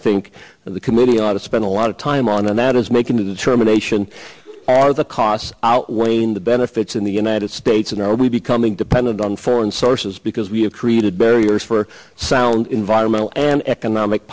think the committee ought to spend a lot of time on and that is making a determination are the costs outweigh the benefits in the united states and are we becoming dependent on foreign sources because we have created barriers for sound environmental and economic